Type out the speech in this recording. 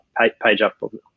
PageUp